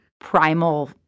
primal